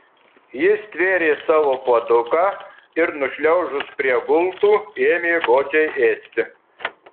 ji stvėrė savo puoduką ir nušliaužus prie gultų ėmė godžiai ėsti